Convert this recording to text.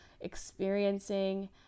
experiencing